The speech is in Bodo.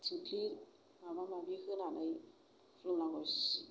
थिंख्लि माबा माबि होनानै खुलुमनांगौ